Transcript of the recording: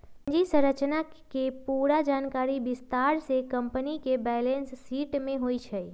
पूंजी संरचना के पूरा जानकारी विस्तार से कम्पनी के बैलेंस शीट में होई छई